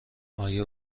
آیا